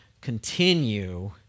continue